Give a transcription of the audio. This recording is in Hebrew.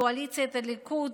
קואליציית הליכוד